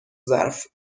ظرف